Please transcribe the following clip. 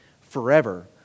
forever